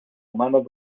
humanos